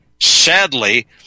sadly